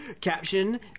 Caption